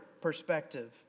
perspective